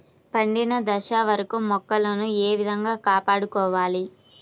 పండిన దశ వరకు మొక్కలను ఏ విధంగా కాపాడుకోవాలి?